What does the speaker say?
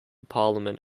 parliament